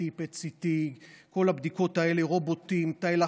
CT, PET-CT, כל הבדיקות האלה, רובוטים, תאי לחץ,